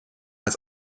als